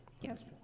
yes